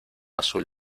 azul